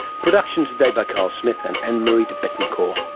production today by carl smith and ann-marie debettencor.